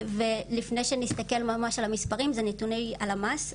לפני שנסתכל ממש על המספרים, אלו נתוני הלמ"ס.